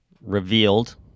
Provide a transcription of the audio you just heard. revealed